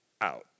out